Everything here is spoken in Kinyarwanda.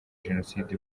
jenoside